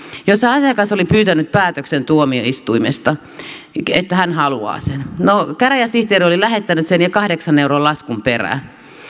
jossa asiakas oli pyytänyt päätöksen tuomioistuimesta ilmoittanut että hän haluaa sen no käräjäsihteeri oli lähettänyt sen ja kahdeksan euron laskun perään